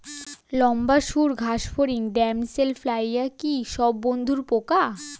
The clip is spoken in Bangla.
লম্বা সুড় ঘাসফড়িং ড্যামসেল ফ্লাইরা কি সব বন্ধুর পোকা?